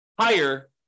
higher